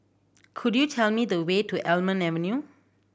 could you tell me the way to Almond Avenue